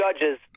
judges